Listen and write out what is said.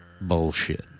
Bullshit